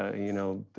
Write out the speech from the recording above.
you know,